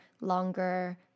longer